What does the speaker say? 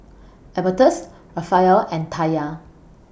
Albertus Rafael and Taya